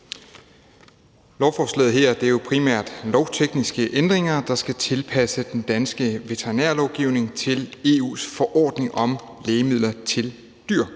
Lovforslaget her er jo primært lovtekniske ændringer, der skal tilpasse den danske veterinærlovgivning til EU's forordning om lægemidler til dyr,